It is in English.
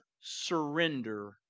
surrender